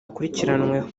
akurikiranyweho